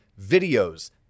videos